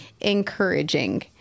encouraging